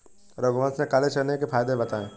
रघुवंश ने काले चने के फ़ायदे बताएँ